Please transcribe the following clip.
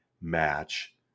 match